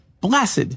blessed